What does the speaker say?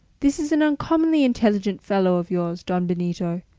this is an uncommonly intelligent fellow of yours, don benito,